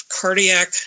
cardiac